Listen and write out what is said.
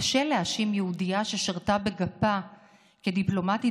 קשה להאשים יהודייה ששירתה בגפה כדיפלומטית